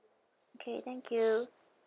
okay thank you